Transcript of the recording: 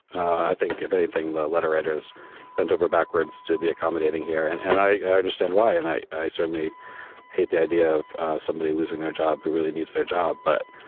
i think, if anything, the letter writers bent over backwards to be accommodating here. and and i i understand why. and i i certainly hate the idea of somebody losing their job who really needs their job. but,